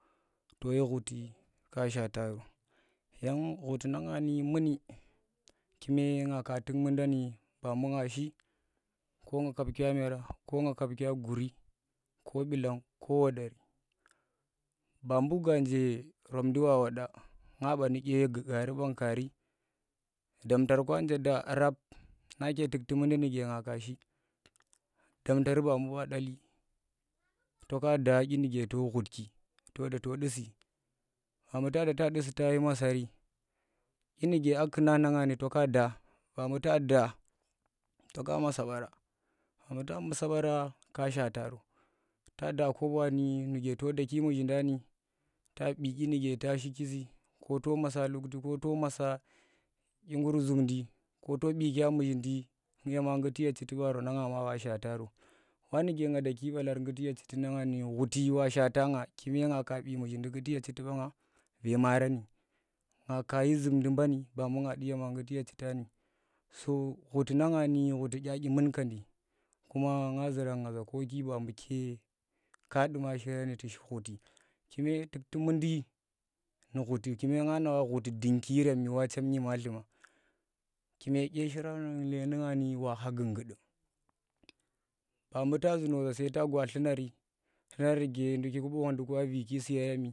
To yang khuti ka Shaata ro yang khuti to shi khuti nanga ni muni kune nga ka tuk mundani ba mu nga du ƙo nga kabkya mera ko guri ko bilan ko wada ba mbu ganje romndi wa wada nga bani dye gaari ban kari damtar kwa anje da, rap nake tukti mundi nuke nga kashi damtar babu wa datli to ka da dyi nuke to khutki to da to diisi ta da tayi masari dyinuke da dkuna nanga ni to da to ka maasa bara mbuta masa bara ka shaata ro buta da koboni nuke to daki muzhin da ni tabii dyiruke ta shiki Si ko to masa lukti ko to masa dyighur zumdi ko to bii kya muzhindi yama ngguti ye chiti bar wa shata, ro wa nuke zuki balar ngguti ye chiti na nga ni waka shata ng kume. Nga ka bii muzhidi ye chitisi nga kashi zumdi banni yema ngguti ye chita ni so khuti nanga ni dya dyi munkendi koki bamu ke ka ɗuma shirani kushi khuti kume takti mundi bu khuti kume nga nawa khuti dunkirem wa shem nyemalti kume dye shir leedengni wakha gunguɗun ba bu ta zu naza sai ta gwa dlunari dlunar nuke nduki ponɗi viki si geremi.